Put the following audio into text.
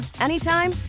anytime